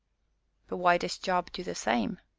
but why does job do the same?